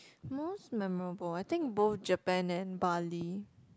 most memorable I think both Japan and Bali